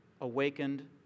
awakened